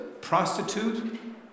prostitute